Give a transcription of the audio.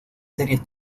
series